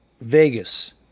Vegas